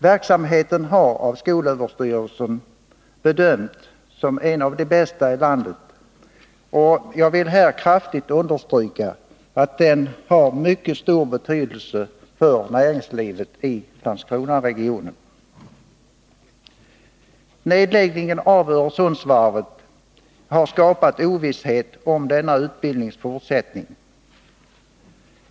Verksamheten har av skolöverstyrelsen bedömts som en av de bästa i landet. Jag vill kraftigt understryka att den har mycket stor betydelse för näringslivet i Landskronaregionen. Nedläggningen av Öresundsvarvet har skapat ovisshet om denna utbildnings fortsättning.